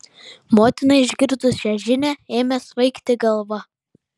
motinai išgirdus šią žinią ėmė svaigti galva